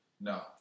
No